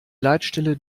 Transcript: leitstelle